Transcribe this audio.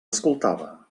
escoltava